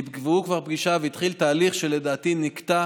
נקבעה כבר פגישה והתחיל תהליך שלדעתי נקטע